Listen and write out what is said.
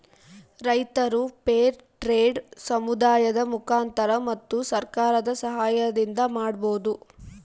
ರೈತರು fair trade ಸಮುದಾಯದ ಮುಖಾಂತರ ಮತ್ತು ಸರ್ಕಾರದ ಸಾಹಯದಿಂದ ಮಾಡ್ಬೋದು